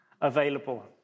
available